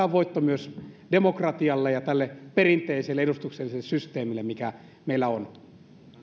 on voitto myös demokratialle ja tälle perinteiselle edustukselliselle systeemille mikä meillä on